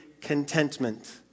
contentment